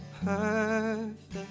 perfect